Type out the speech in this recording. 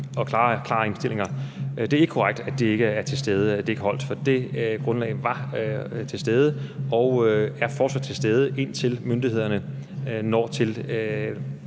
og klare indstillinger. Det er ikke korrekt, at det ikke var til stede, for det grundlag var til stede og er fortsat til stede, indtil myndighederne får de